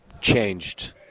changed